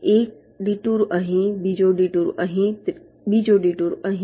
એક ડિટુર અહીં બીજો ડિટુર અહીં બીજો ડિટુર અહીં